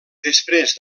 després